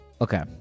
okay